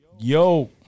Yo